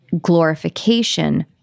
glorification